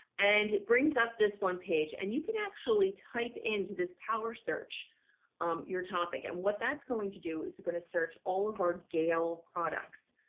and it brings up this one page and you can actually type into this power search your topic. and what that's going to do is going to search all of our gale products.